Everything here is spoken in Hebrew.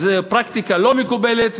זו פרקטיקה לא מקובלת,